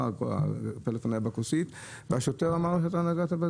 הפלאפון היה בכוסית והשוטר אמר, אתה נגעת.